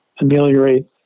ameliorate